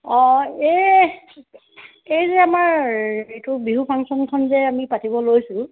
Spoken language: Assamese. অঁ এই এই যে আমাৰ এইটো বিহু ফাংচনখন যে আমি পাতিব লৈছোঁ